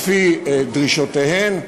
לפי דרישותיהן.